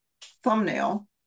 thumbnail